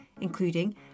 including